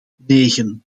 negen